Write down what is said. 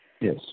Yes